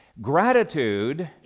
Gratitude